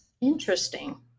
Interesting